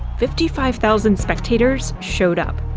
fifty five thousand spectators showed up.